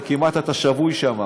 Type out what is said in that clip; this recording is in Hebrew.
אתה כמעט שבוי שם.